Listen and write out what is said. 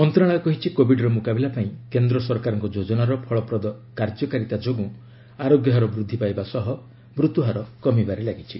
ମନ୍ତ୍ରଣାଳୟ କହିଛି କୋଭିଡର ମୁକାବିଲା ପାଇଁ କେନ୍ଦ୍ର ସରକାରଙ୍କ ଯୋଜନାର ଫଳପ୍ରଦ କାର୍ଯ୍ୟକାରୀତା ଯୋଗୁଁ ଆରୋଗ୍ୟ ହାର ବୃଦ୍ଧି ପାଇବା ସହ ମୃତ୍ୟୁହାର କମିବାରେ ଲାଗିଛି